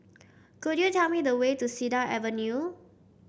could you tell me the way to Cedar Avenue